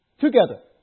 together